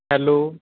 hello